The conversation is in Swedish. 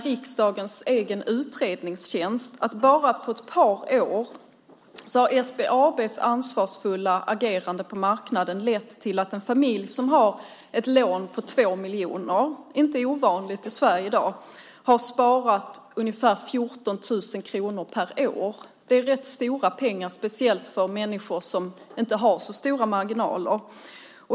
Riksdagens egen utredningstjänst har räknat ut att bolåneinstitutet SBAB:s ansvarsfulla agerande på marknaden på bara ett par år har lett till att en familj som har ett lån på 2 miljoner kronor, vilket inte är ovanligt i Sverige i dag, har sparat ungefär 14 000 kronor per år. Det är rätt stora pengar, speciellt för människor som inte har så stora marginaler.